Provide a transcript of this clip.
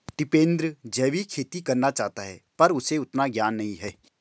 टिपेंद्र जैविक खेती करना चाहता है पर उसे उतना ज्ञान नही है